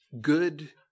good